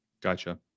Gotcha